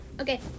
Okay